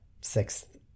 sixth